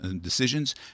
decisions